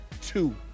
two